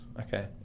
Okay